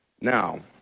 now